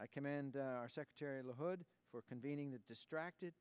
i commend secretary la hood for convening the distracted